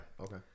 okay